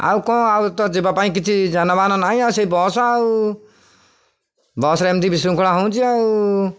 ଆଉ କ'ଣ ଆଉ ତ ଯିବା ପାଇଁ କିଛି ଯାନବାହାନ ନାହିଁ ଆଉ ସେଇ ବସ୍ ଆଉ ବସ୍ରେ ଏମିତି ବିଶୁଙ୍ଖଳା ହେଉଛି ଆଉ